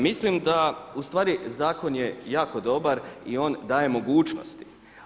Mislim da ustvari zakon je jako dobar i on daje mogućnost.